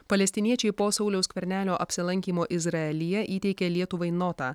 palestiniečiai po sauliaus skvernelio apsilankymo izraelyje įteikė lietuvai notą